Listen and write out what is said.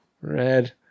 Red